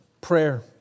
prayer